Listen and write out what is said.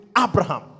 Abraham